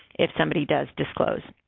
if somebody does disclose.